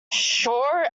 sure